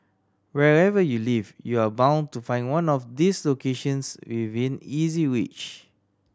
wherever you live you are bound to find one of these locations within easy reach